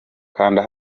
kanda